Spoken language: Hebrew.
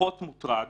פחות מוטרד